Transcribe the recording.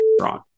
wrong